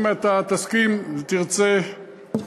אם אתה תסכים, תרצה,